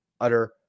utter